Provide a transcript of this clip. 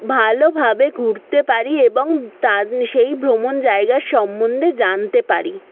ভালোভাবে ঘুরতে পারি এবং তাদের সেই ভ্রমণ জায়গার সম্বন্ধে জানতে পারি